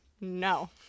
No